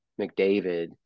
McDavid